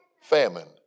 famine